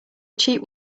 cheap